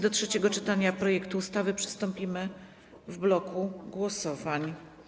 Do trzeciego czytania projektu ustawy przystąpimy w bloku głosowań.